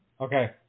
Okay